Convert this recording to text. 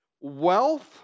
wealth